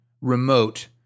remote